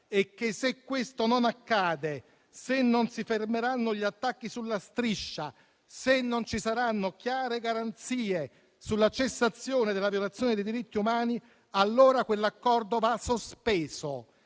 e che se questo non accade, se non si fermeranno gli attacchi sulla striscia, se non ci saranno chiare garanzie sulla cessazione della violazione dei diritti umani, allora quell'accordo va sospeso